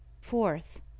fourth